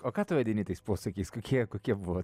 o ką tu vadini tais posakiais kokie kokie buvo